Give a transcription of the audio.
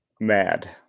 mad